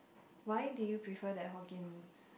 why do you prefer that Hokkien-Mee